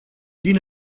din